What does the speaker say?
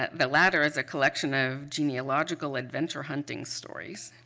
the latter is a collection of genealogical adventure hunting stories.